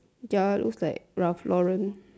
ya looks like Ralph Lauren